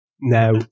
Now